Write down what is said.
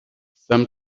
some